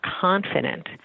confident